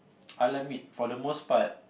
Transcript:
I'll admit for the most part